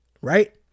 right